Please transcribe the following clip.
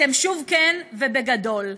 אתם שוב כן, ובגדול.